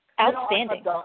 Outstanding